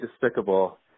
despicable